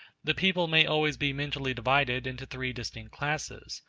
the people may always be mentally divided into three distinct classes.